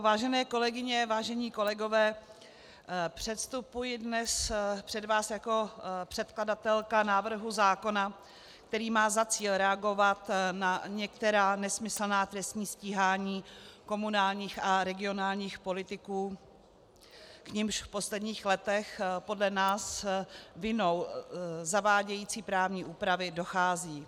Vážené kolegyně, vážení kolegové, předstupuji dnes před vás jako předkladatelka zákona, který má za cíl reagovat na některá nesmyslná trestní stíhání komunálních a regionálních politiků, k nimiž v posledních letech podle nás vinou zavádějící právní úpravy dochází.